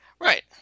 Right